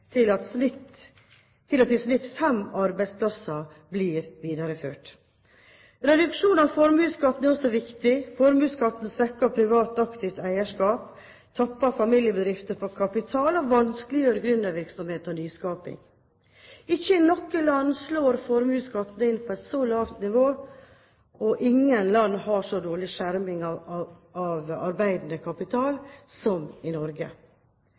at i snitt fem arbeidsplasser blir videreført. Reduksjon av formuesskatten er også viktig. Formuesskatten svekker privat, aktivt eierskap, tapper familiebedrifter for kapital og vanskeliggjør gründervirksomhet og nyskaping. Ikke i noe land slår formuesskatten inn på et så lavt nivå, og ingen land har så dårlig skjerming av arbeidende kapital som